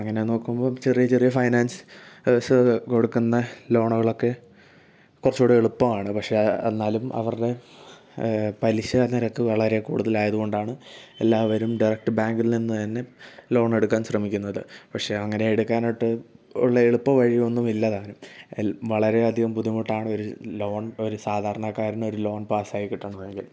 അങ്ങനെ നോക്കുമ്പോൾ ചെറിയ ചെറിയ ഫൈനാൻസ് സ് കൊടുക്കുന്ന ലോണുകളൊക്കെ കുറച്ചുകൂടെ എളുപ്പമാണ് പക്ഷേ എന്നാലും അവരുടെ പലിശ നിരക്ക് വളരെ കൂടുതലായത് കൊണ്ടാണ് എല്ലാവരും ഡയറക്ട് ബാങ്കിൽ നിന്ന് തന്നെ ലോൺ എടുക്കാൻ ശ്രമിക്കുന്നത് പക്ഷേ അങ്ങനെ എടുക്കാനൊട്ട്എ ഉള്ള എളുപ്പവഴിയൊന്നും ഇല്ലതാനും വളരെ അധികം ബുദ്ധിമുട്ടാണ് ഒരു ലോൺ ഒരു സാധാരണക്കാരന് ഒരു ലോൺ പാസ് ആയി കിട്ടണമെങ്കിൽ